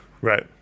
Right